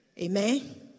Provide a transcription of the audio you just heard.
Amen